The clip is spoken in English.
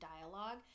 dialogue